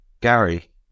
Gary